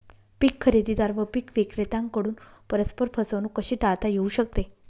पीक खरेदीदार व पीक विक्रेत्यांकडून परस्पर फसवणूक कशी टाळता येऊ शकते?